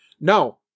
No